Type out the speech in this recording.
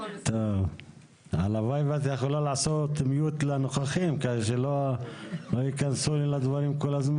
הרשות קובעת את השומה של הארנונה כפועל יוצא של המדידה.